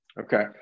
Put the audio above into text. Okay